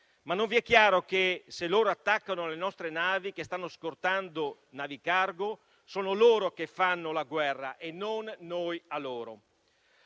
Non vi è chiaro però che se loro attaccano le nostre navi che stanno scortando navi cargo, sono loro che fanno la guerra e non noi a loro.